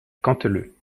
canteleu